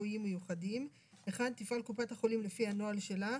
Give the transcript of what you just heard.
רפואיים מיוחדים - תפעל קופת החולים לפי הנוהל שלה,